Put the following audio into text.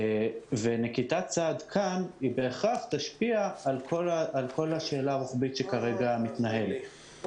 נקיטת צעד כאן בהכרח תשפיע על כל השאלה הרוחבית שכרגע מתנהלת.